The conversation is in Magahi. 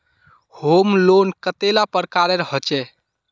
होम लोन कतेला प्रकारेर होचे?